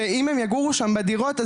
שאם הם יגורו שם בדירות,